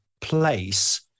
place